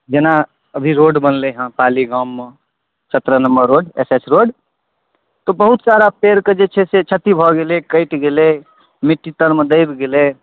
जेना अभी रोड बनलै हँ पाली गाममे सत्रह number road S H road तऽ बहुत सारा पेड़ कऽ जे छै से क्षति भऽ गेलै कटि गेलै मिट्टी तरमे दबि गेलै